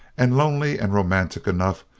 and lonely and romantic enough,